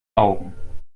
augen